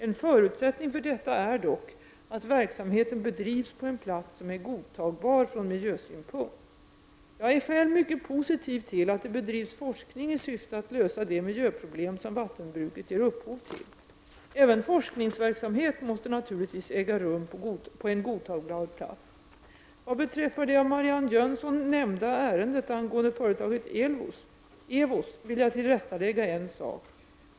En förutsättning för detta är dock att verksamheten bedrivs på en plats som är godtagbar från miljösynpunkt. Jag är själv mycket positiv till att det bedrivs forskning i syfte att lösa de miljöproblem som vattenbruket ger upphov till. Även forskningsverksamhet måste naturligtvis äga rum på en godtagbar plats. Vad beträffar det av Marianne Jönsson nämnda ärendet angående företaget Ewos vill jag tillrättalägga en sak.